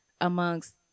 amongst